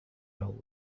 road